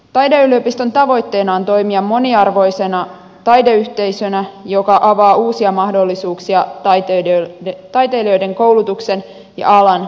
taideyliopiston tavoitteena on toimia moniarvoisena taideyhteisönä joka avaa uusia mahdollisuuksia taiteilijoiden koulutukseen ja alan tutkimukseen